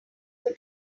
who